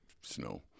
snow